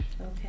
Okay